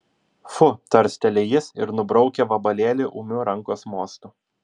fu tarsteli jis ir nubraukia vabalėlį ūmiu rankos mostu